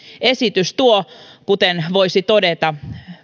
esitys tuo kuten voisi todeta